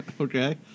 Okay